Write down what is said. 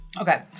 Okay